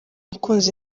umukunzi